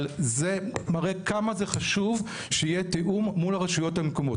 אבל זה מראה כמה זה חשוב שיהיה תיאום מול הרשויות המקומיות.